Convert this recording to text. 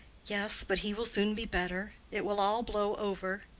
yes, but he will soon be better it will all blow over.